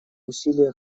усилия